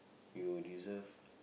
you deserve